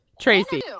Tracy